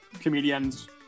comedians